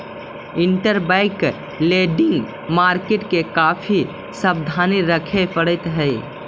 interbank lending market में काफी सावधानी रखे पड़ऽ हई